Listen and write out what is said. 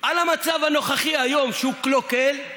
על המצב הנוכחי היום, שהוא קלוקל,